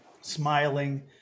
smiling